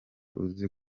uzi